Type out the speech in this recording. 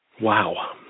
Wow